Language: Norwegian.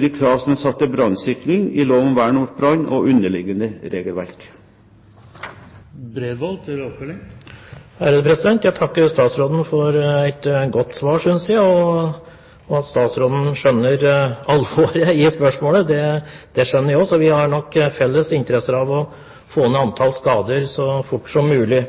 de krav som er satt til brannsikring i lov om vern mot brann og underliggende regelverk. Jeg takker statsråden for et godt svar. At statsråden skjønner alvoret i spørsmålet, det skjønner jeg også, så vi har nok felles interesse i å få ned antall skader så fort som mulig.